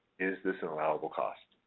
is this an allowable cost?